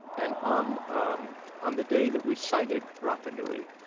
and on um on the day that we sighted rapa nui,